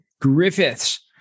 Griffiths